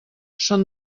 són